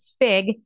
fig